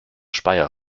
speyer